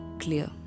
clear